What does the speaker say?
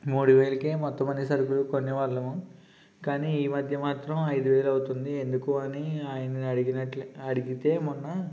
మూడు వేలకే మొత్తం అన్ని సరుకులు కొనేవాళ్ళము కానీ ఈ మధ్య మాత్రం ఐదు వేలు అవుతుంది ఎందుకు అని ఆయనని అడిగినట్లు అడిగితే మొన్న